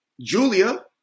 Julia